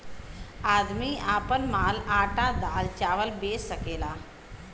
आदमी आपन माल आटा दाल चावल बेच सकेला